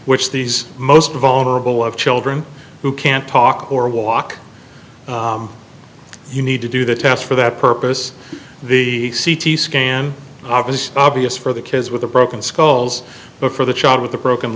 which these most vulnerable of children who can't talk or walk you need to do the test for that purpose the c t scan obvious obvious for the kids with a broken skulls but for the child with a broken